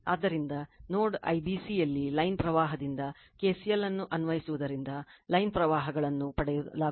ಆದ್ದರಿಂದ node IBC ಯಲ್ಲಿ line ಪ್ರವಾಹದಿಂದ KCL ಅನ್ನು ಅನ್ವಯಿಸುವುದರಿಂದ ಲೈನ್ ಪ್ರವಾಹಗಳನ್ನು ಪಡೆಯಲಾಗುತ್ತದೆ